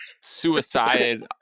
suicide